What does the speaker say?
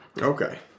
Okay